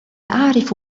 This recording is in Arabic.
أعرف